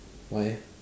why eh